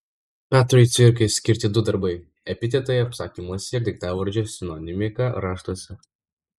petrui cvirkai skirti du darbai epitetai apsakymuose ir daiktavardžio sinonimika raštuose